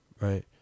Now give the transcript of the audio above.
right